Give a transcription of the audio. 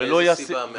ולא --- מאיזו סיבה?